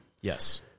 Yes